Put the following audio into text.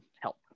help